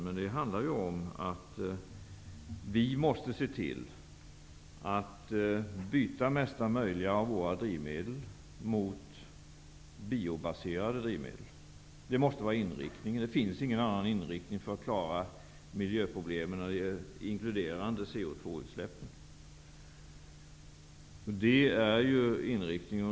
Men det handlar om att vi måste se till att byta mesta möjliga av våra drivmedel mot biobaserade drivmedel. Det måste vara inriktningen. Det finns ingen annan inriktning för att klara miljöproblemen, inkluderande CO2 utsläppen. Det är inriktningen.